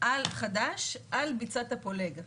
חדש על ביצת הפולג,